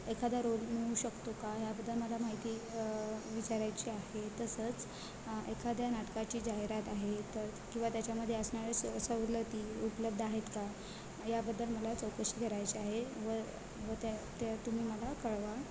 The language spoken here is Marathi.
एखादा रोल मिळू शकतो का ह्याबद्दल मला माहिती विचारायची आहे तसंच एखाद्या नाटकाची जाहिरात आहे तर किंवा त्याच्यामध्ये असणाऱ्या स सवलती उपलब्ध आहेत का याबद्दल मला चौकशी करायची आहे व व त्या त्या तुम्ही मला कळवा